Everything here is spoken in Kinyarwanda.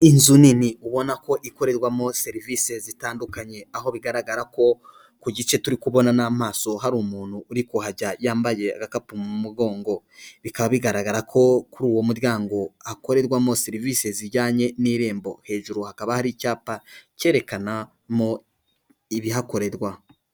Inzu nini ubona ko ikorerwamo serivisi zitandukanye, aho bigaragara ko ku gice turi kubona n'amaso hari umuntu uri kuhajya wambaye agakapu mu mugongo, bikaba bigaragara ko kuri uwo muryango hakorerwamo serivisi zijyanye n'irembo, hejuru hakaba hari icyapa cyerekanamo ibihakorerwa.